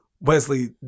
Wesley